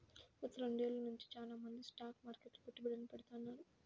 గత రెండేళ్ళ నుంచి చానా మంది స్టాక్ మార్కెట్లో పెట్టుబడుల్ని పెడతాన్నారు